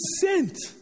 sent